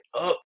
up